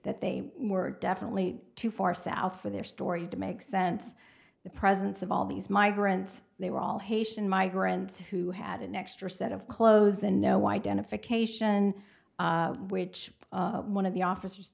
that they were definitely too far south for their story to make sense the presence of all these migrants they were all haitian migrants who had an extra set of clothes and no identification which one of the office